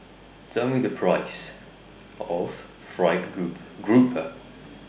Tell Me The Price of Fried group Grouper